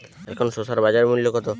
এখন শসার বাজার মূল্য কত?